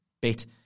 bit